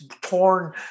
torn